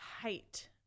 height